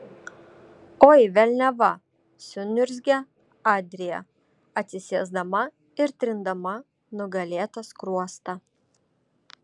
oi velniava suniurzgė adrija atsisėsdama ir trindama nugulėtą skruostą